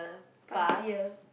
past year